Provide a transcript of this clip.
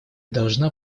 должна